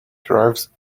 drives